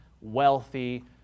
wealthy